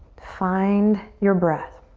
find your breath.